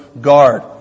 guard